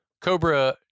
Cobra